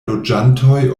loĝantoj